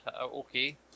Okay